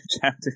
chapter